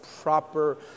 proper